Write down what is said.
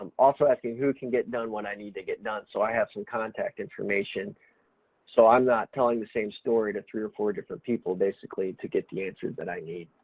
um also asking who can get done what i need to get done so i have some contact information so i'm not telling the same story to three or four different people basically to get the answers that i need.